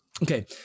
Okay